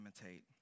imitate